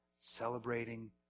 celebrating